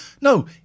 No